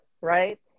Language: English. right